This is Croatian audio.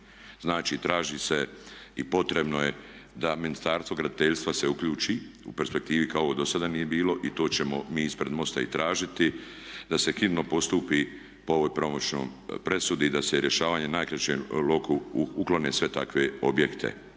Znači traži se i potrebno je da Ministarstvo graditeljstva se uključi u perspektivi kao do sada nije bilo i to ćemo mi ispred MOST-a i tražiti da se hitno postupi po ovoj pravomoćnoj presudi i da se rješavanjem u najkraćem roku uklone svi takvi objekti.